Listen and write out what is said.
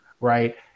right